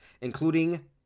including